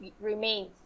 remains